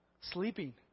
sleeping